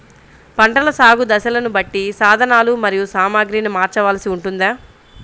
పంటల సాగు దశలను బట్టి సాధనలు మరియు సామాగ్రిని మార్చవలసి ఉంటుందా?